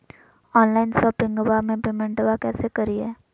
Online शोपिंगबा में पेमेंटबा कैसे करिए?